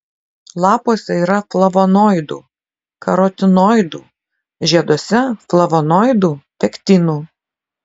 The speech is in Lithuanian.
lapuose yra flavonoidų karotinoidų žieduose flavonoidų pektinų